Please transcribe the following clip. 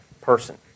person